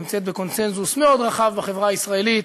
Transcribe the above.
נמצאת בקונסנזוס רחב מאוד בחברה הישראלית,